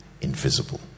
invisible